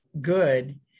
good